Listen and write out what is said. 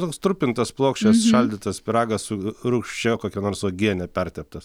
toks trupintas plokščias šaldytas pyragas su rūgščia kokia nors uogiene perteptas